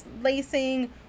lacing